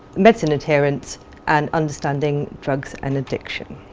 medicines adherence and understanding drugs and addiction.